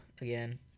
Again